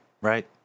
Right